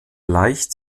leicht